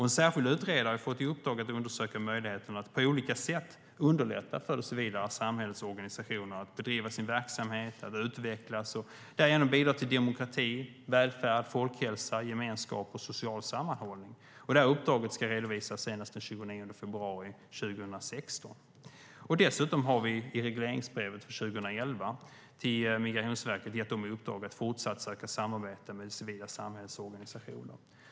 En särskild utredare har fått i uppdrag att undersöka möjligheterna att på olika sätt underlätta för det civila samhällets organisationer att bedriva sin verksamhet eller utvecklas och därigenom bidra till demokrati, välfärd, folkhälsa, gemenskap och social sammanhållning. Uppdraget ska redovisas senast den 29 februari 2016. Dessutom har vi i regleringsbrevet till Migrationsverket för 2011 gett dem i uppdrag att fortsatt söka samarbete med det civila samhällets organisationer.